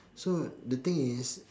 so the thing is